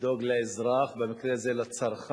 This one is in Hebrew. לדאוג לאזרח, במקרה הזה לצרכן,